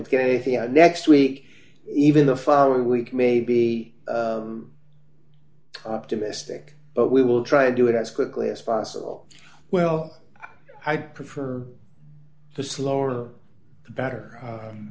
to get anything out next we even the following week maybe optimistic but we will try to do it as quickly as possible well i prefer the slower the better